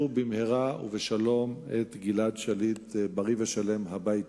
במהרה ובשלום את גלעד שליט בריא ושלם הביתה.